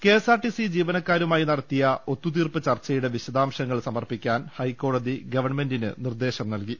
KSRTC ജീവനക്കാരുമായി നടത്തിയ ഒത്തുതീർപ്പ് ചർച്ചയുടെ വിശദാംശങ്ങൾ സമർപ്പിക്കാൻ ഹൈക്കോടതി ഗവൺമെന്റിന് നിർദേശം നൽകി